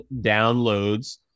downloads